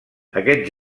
aquest